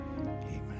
amen